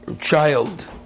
child